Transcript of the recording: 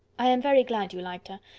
i am very glad you liked her.